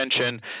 attention